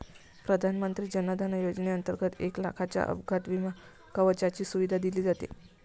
प्रधानमंत्री जन धन योजनेंतर्गत एक लाखाच्या अपघात विमा कवचाची सुविधा दिली जाते